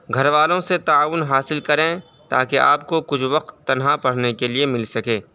گھر والوں سے تعاون حاصل کریں تاکہ آپ کو کچھ وقت تنہا پڑھنے کے لیے مل سکے